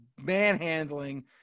manhandling